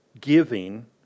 giving